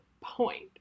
point